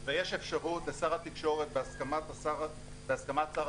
ויש אפשרות לשר התקשורת בהסכמת שר